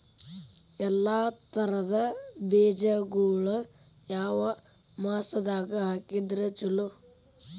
ಎಲ್ಲಾ ತರದ ಬೇಜಗೊಳು ಯಾವ ಮಾಸದಾಗ್ ಹಾಕಿದ್ರ ಛಲೋ?